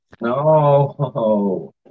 No